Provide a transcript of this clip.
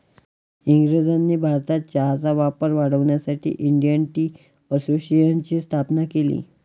इंग्रजांनी भारतात चहाचा वापर वाढवण्यासाठी इंडियन टी असोसिएशनची स्थापना केली